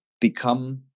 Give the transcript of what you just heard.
become